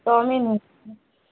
chow mein अच्छा